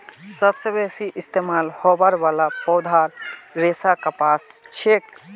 सबस बेसी इस्तमाल होबार वाला पौधार रेशा कपास छिके